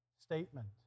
statement